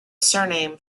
surname